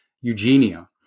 Eugenia